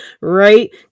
right